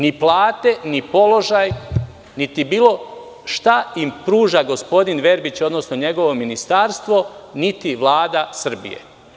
Ni plate, ni položaj, niti bilo šta im pruža gospodin Verbić, odnosno njegovo ministarstvo, niti Vlada Srbije.